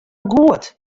goed